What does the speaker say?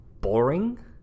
boring